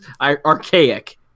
Archaic